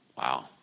Wow